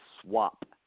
swap